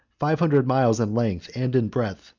five hundred miles in length and in breadth,